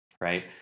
Right